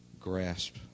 grasp